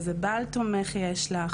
איזה בעל תומך יש לך,